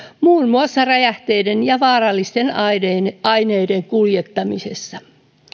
muun muassa räjähteiden ja vaarallisten aineiden aineiden kuljettamisessa